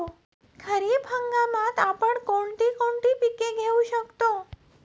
खरीप हंगामात आपण कोणती कोणती पीक घेऊ शकतो?